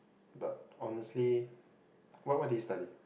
but honestly what what did he study